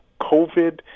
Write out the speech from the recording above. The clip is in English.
COVID